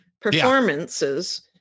performances